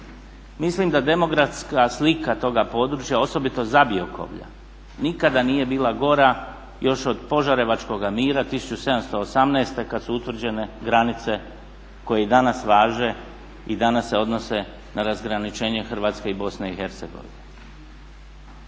Mislim da demografska slika toga područja osobito Zabiokovlja nikada nije bila gora još od Požarevačkoga mira 1718. kada su utvrđene granice koje i danas važe i danas se odnose na razgraničenje Hrvatske i Bosne i Hercegovine.